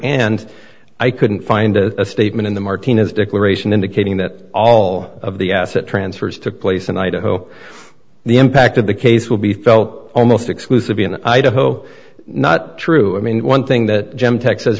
and i couldn't find a statement in the martinez declaration indicating that all of the asset transfers took place in idaho the impact of the case will be felt almost exclusively in idaho not true i mean one thing that j